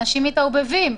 אנשים מתערבבים,